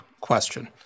question